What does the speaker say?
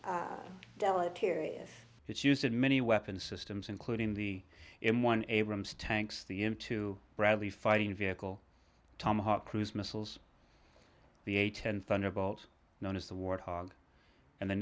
deleterious it's used in many weapon systems including the in one abrams tanks the year two bradley fighting vehicle tomahawk cruise missiles the a ten thunderbolts known as the warthog and the